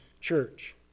church